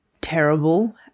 terrible